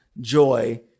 Joy